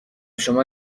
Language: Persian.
شما